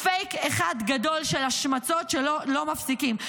פייק אחד גדול של השמצות שלא מפסיקות.